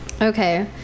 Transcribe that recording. Okay